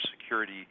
security